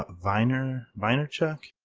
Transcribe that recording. viner, vinerchuck?